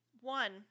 One